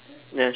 ya sure